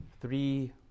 three